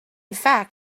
fact